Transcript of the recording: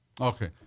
okay